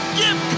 give